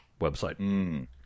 website